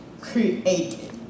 created